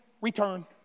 return